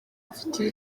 afite